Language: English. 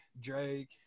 Drake